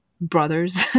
brothers